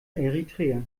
eritrea